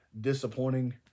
disappointing